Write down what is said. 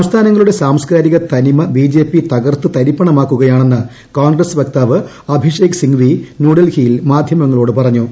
സംസ്ഥാനങ്ങളുടെ സാംസ്കാരിക തനിമ ബിജെപി തകർത്ത് തരിപ്പണമാക്കുകയാണെന്ന് കോൺഗ്രസ് വക്താവ് അഭിഷേഖ് സിംഗ്പി ന്യൂഡൽഹിയിൽ മാധ്യമങ്ങളോട് പറഞ്ഞു